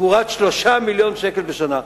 תמורת 3 מיליוני שקלים בשנה.